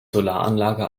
solaranlage